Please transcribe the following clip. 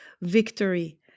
victory